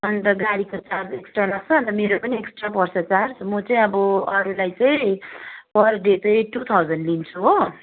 अन्त गाडीको charge extra लाग्छ अन्त मेरो पनि एक्स्ट्रा पर्छ चार्ज म चाहिँ अब अरूलाई चाहिँ पर डे चाहिँ टु थाउजन लिन्छु हो